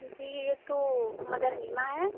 जी ये तो मदर लिमा है